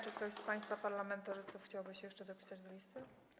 Czy ktoś z państwa parlamentarzystów chciałby się jeszcze dopisać na liście?